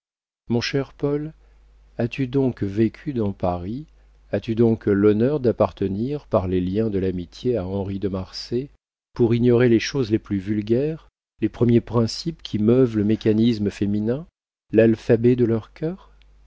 mon cher paul as-tu donc vécu dans paris as-tu donc l'honneur d'appartenir par les liens de l'amitié à henri de marsay pour ignorer les choses les plus vulgaires les premiers principes qui meuvent le mécanisme féminin l'alphabet de leur cœur